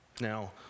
Now